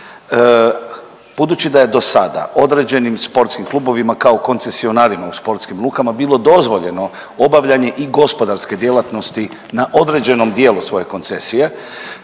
Budući da je dosada određenim sportskim klubovima kao koncesionarima u sportskim lukama bilo dozvoljeno obavljanje i gospodarske djelatnosti na određenom dijelu svoje koncesije